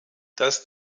das